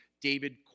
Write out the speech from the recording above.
David